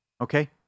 Okay